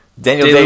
Daniel